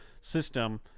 system